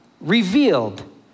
revealed